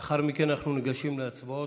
לאחר מכן אנחנו ניגשים להצבעות.